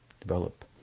develop